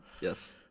Yes